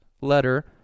letter